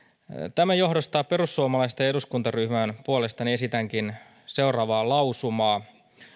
tämän johdosta perussuomalaisten eduskuntaryhmän puolesta esitänkin seuraavaa lausumaa